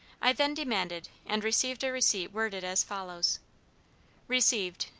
i then demanded and received a receipt worded as follows received,